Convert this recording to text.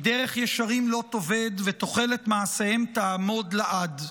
כי דרך ישרים לא תאבד, ותוחלת מעשיהם תעמוד לעד.